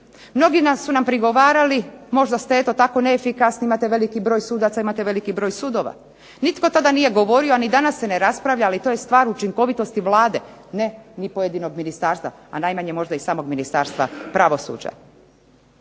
Mnogi su nam prigovarali, možda ste tako neefikasni imate veliki broj sudaca, imate veliki broj sudova. Nitko to nije govorio ni danas se ne raspravlja ali to je stvar učinkovitosti Vlade, ne ni pojedinog ministarstva, a najmanje možda i samog Ministarstva pravosuđa.